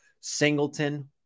Singleton